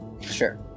Sure